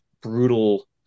brutal